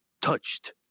touched